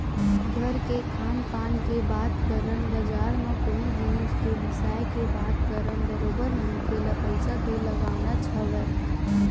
घर के खान पान के बात करन बजार म कोनो जिनिस के बिसाय के बात करन बरोबर मनखे ल पइसा तो लगानाच हवय